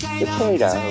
potato